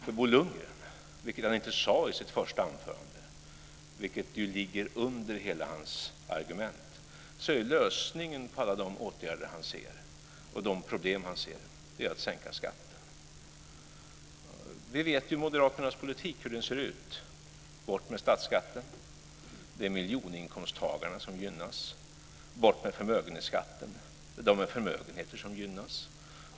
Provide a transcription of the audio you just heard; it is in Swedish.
För Bo Lundgren - vilket han inte sade i sitt första anförande, men vilket ju ligger under hela hans argument - är lösningen på alla de åtgärder och på de problem han ser att sänka skatten. Vi vet ju hur Moderaternas politik ser ut. Bort med statsskatten - det är miljoninkomsttagarna som gynnas. Bort med förmögenhetsskatten - det är de med förmögenheter som gynnas.